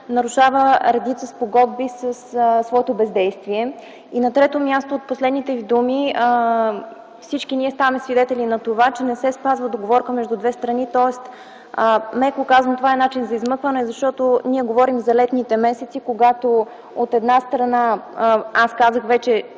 нарушава редица спогодби със своето бездействие. Трето, от последните Ви думи всички ние станахме свидетели на това, че не се спазва договорката между две страни, тоест меко казано – това е начин за измъкване. Ние говорим за летните месеци, когато от една страна чужденците